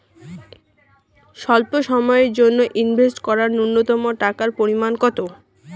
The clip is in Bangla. স্বল্প সময়ের জন্য ইনভেস্ট করার নূন্যতম টাকার পরিমাণ কত?